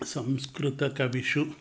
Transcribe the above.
संस्कृतकविषु